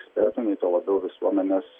ekspertų nei tuo labiau visuomenės